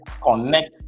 Connect